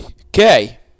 Okay